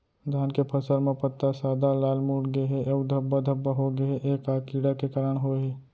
धान के फसल म पत्ता सादा, लाल, मुड़ गे हे अऊ धब्बा धब्बा होगे हे, ए का कीड़ा के कारण होय हे?